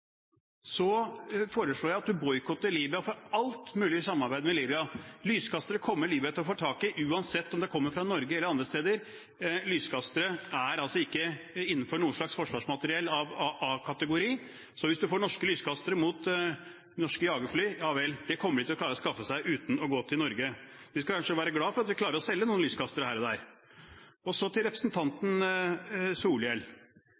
foreslår jeg at du boikotter alt mulig samarbeid med Libya. Lyskastere kommer Libya til å få tak i uansett om de kommer fra Norge eller andre steder. Lyskastere er av kategori altså ikke innenfor noe slags forsvarsmateriell. Så hvis du får norske lyskastere mot norske jagerfly – ja vel, det kommer de til å klare å skaffe seg uten å gå til Norge. Vi skal kanskje være glad for at vi klarer å selge noen lyskastere her og der. Så til representanten Solhjell,